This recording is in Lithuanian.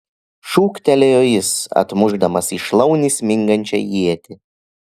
šūktelėjo jis atmušdamas į šlaunį smingančią ietį